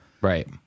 right